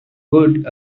good